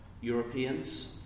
Europeans